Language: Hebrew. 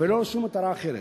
ולא לשום מטרה אחרת.